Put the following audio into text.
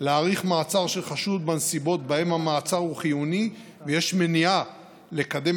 להאריך מעצר של חשוד בנסיבות שבהן המעצר הוא חיוני ויש מניעה לקדם